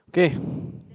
okay